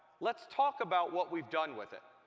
let's talk about what we've done with it.